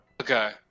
Okay